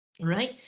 Right